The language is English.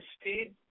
speed